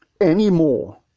anymore